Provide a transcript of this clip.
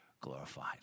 glorified